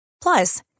Plus